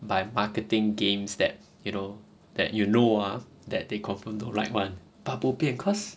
by marketing games that you know that you know uh that they confirm don't like [one] but bo pian cause